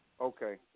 Okay